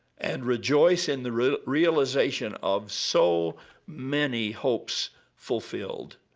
and rejoice in the realization of so many hopes fulfilled,